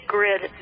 Grid